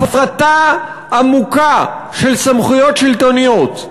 הפרטה עמוקה של סמכויות שלטוניות,